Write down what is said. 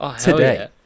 today